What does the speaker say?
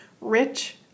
Rich